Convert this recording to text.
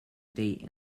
date